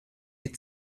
die